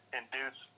induce